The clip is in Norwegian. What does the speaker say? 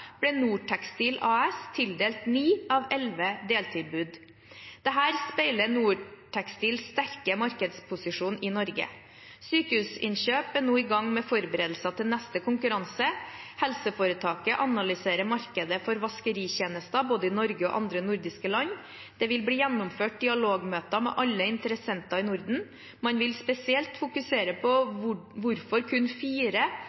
ble Nor Tekstil AS tildelt ni av elleve deltilbud. Dette speiler Nor Tekstils sterke markedsposisjon i Norge. Sykehusinnkjøp HF er nå i gang med forberedelsene til neste konkurranse. Helseforetaket analyserer markedet for vaskeritjenester både i Norge og andre nordiske land. Det vil bli gjennomført dialogmøter med alle interessenter i Norden. Man vil spesielt fokusere på